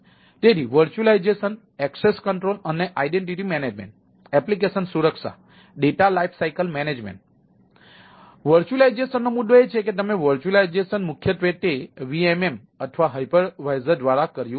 તેથી વર્ચ્યુઅલાઇઝેશન દ્વારા કર્યું છે